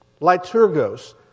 Liturgos